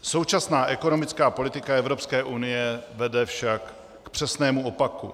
Současná ekonomická politika Evropské unie vede však k přesnému opaku.